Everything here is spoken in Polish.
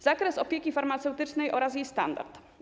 Zakres opieki farmaceutycznej oraz jej standard.